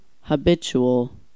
habitual